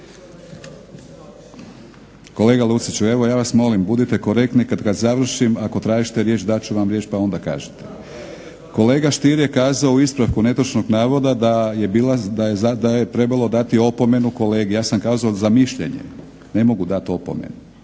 Kolega Luciću ja vas molim budite korektni kada završim ako tražite riječ, dat ću vam riječ pa onda kažite. Kolega Stier je kazao u ispravku netočnog navoda da je trebalo dati opomenu kolegi. Ja sam kazao za mišljenje ne mogu dati opomenu.